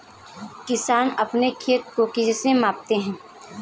किसान अपने खेत को किससे मापते हैं?